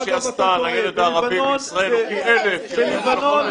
מה שהיא עשתה לילד הערבי בישראל הוא פי אלף --- אגב,